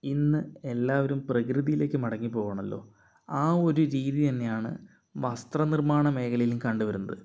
ഇന്ന് എല്ലാവരും പ്രകൃതിയിലേക്ക് മടങ്ങി പോകുകയാണല്ലോ ആ ഒരു രീതി തന്നെയാണ് വസ്ത്രനിർമാണമേഖലയിലും കണ്ട് വരുന്നത്